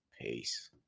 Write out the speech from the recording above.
Peace